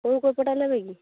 କେଉଁ କପଡ଼ା ନେବେକି